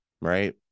right